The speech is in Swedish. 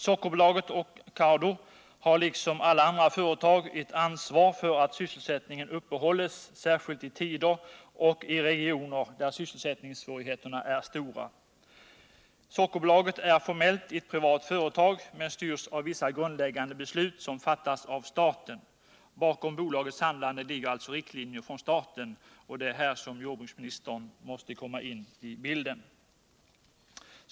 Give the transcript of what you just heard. Sockerbolaget och Cardo har liksom alla andra företag ett ansvar för att sysselsättningen upprätthålls, särskilt i svåra tider och i regioner där sysselsättningssvårigheterna är stora. Sockerbolaget är formellt ett privat företag men styrs av vissa grundläggande beslut som fattas av staten. Bakom bolagets handlande ligger alltså riktlinjer från staten, och det är här som regeringen måste komma in i bilden.